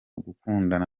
gukundana